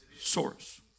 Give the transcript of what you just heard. source